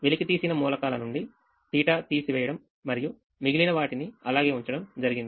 వెలికితీసిన మూలకాల నుండి θ తీటతీసివేయడం మరియు మిగిలిన వాటిని అలాగే ఉంచడం జరిగింది